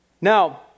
Now